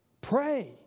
Pray